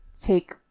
take